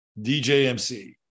DJMC